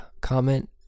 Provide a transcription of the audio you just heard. comment